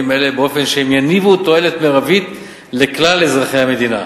אלה באופן שהם יניבו תועלת מרבית לכלל אזרחי המדינה,